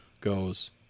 goes